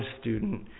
student